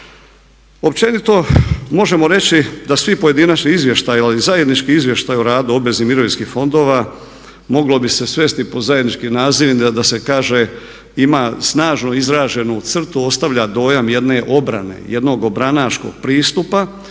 Općenito možemo reći da svi pojedinačni izvještaji ali i zajednički izvještaji o radu obveznih mirovinskih fondova moglo bi se svesti pod zajednički nazivnik da se kaže ima snažno izraženu crtu, ostavlja dojam jedne obrane, jednog obranaškog pristupa